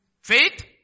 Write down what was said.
faith